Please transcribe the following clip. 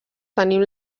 tenim